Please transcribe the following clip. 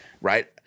right